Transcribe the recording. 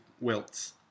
wilts